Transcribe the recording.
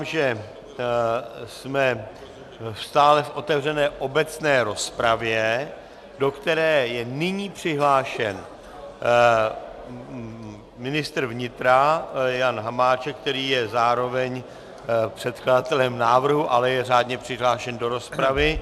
Připomínám, že jsme stále v otevřené obecné rozpravě, do které je nyní přihlášen ministr vnitra Jan Hamáček, který je zároveň předkladatelem návrhu, ale je řádně přihlášen do rozpravy.